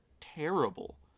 terrible